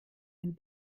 ein